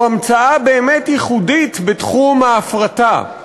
הוא המצאה באמת ייחודית בתחום ההפרטה.